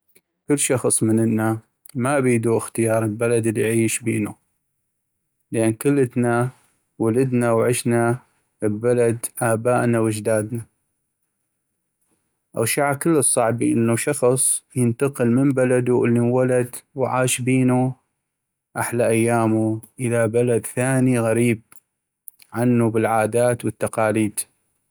كل شخص مننا ما بيدو اختيار البلد اليعيش بينو ، لأن كلتنا ولدنا وعشنا ابلد ابائنا وأجدادنا ، اغشعا كلش صعبي انو شخص ينتقل من بلدو اللي انولد وعاش بينو أحلى ايامو إلى بلد ثاني غريب عنو بالعادات والتقاليد.